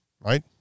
Right